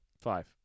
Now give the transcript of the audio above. Five